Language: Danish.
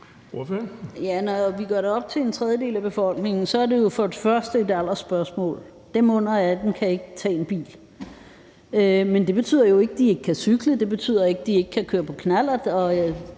Når vi gør det op til en tredjedel af befolkningen, er det jo først og fremmest et aldersspørgsmål. Dem under 18 år kan ikke tage en bil, men det betyder jo ikke, at de ikke kan cykle; det betyder ikke, at de ikke kan køre på knallert.